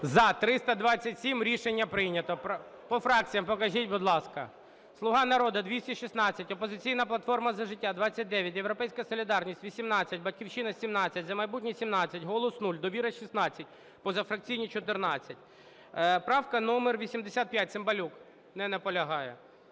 За-327 Рішення прийнято. По фракціям, покажіть, будь ласка. "Слуга народу" – 216, "Опозиційна платформа – За життя" – 29, "Європейська солідарність" – 18, "Батьківщина" – 17, "За майбутнє" – 117, "Голос" – 0, "Довіра" – 16, позафракційні – 14. Правка номер 85, Цимбалюк. Не наполягає.